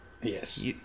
Yes